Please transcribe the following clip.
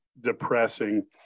depressing